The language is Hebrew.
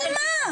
של מה?